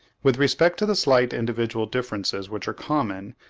with respect to the slight individual differences which are common,